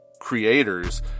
creators